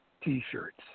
t-shirts